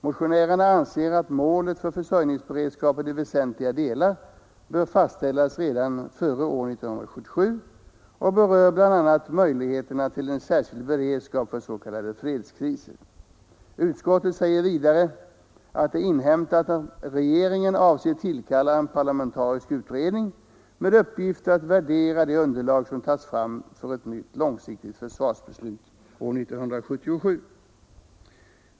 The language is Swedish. Motionärerna anser att målen för försörjningsberedskapen i väsentliga delar bör fastställas redan före år 1977 och berör bl.a. möjligheterna till en särskild beredskap för s.k. fredskriser.” Utskottet säger vidare att det inhämtat att regeringen avser att tillkalla en parlamentarisk utredning med uppgift att värdera det underlag som tas fram för ett nytt långsiktigt försvarsbeslut år 1977.